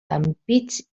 ampits